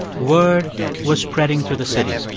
word was spreading through the city.